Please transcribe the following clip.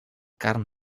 carn